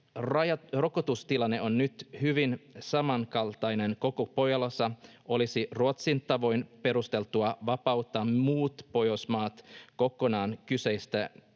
rokotustilanne on nyt hyvin samankaltainen koko Pohjolassa, olisi Ruotsin tavoin perusteltua vapauttaa muut Pohjoismaat kokonaan kyseisistä